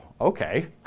okay